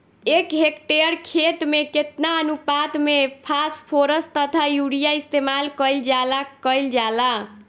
एक हेक्टयर खेत में केतना अनुपात में फासफोरस तथा यूरीया इस्तेमाल कईल जाला कईल जाला?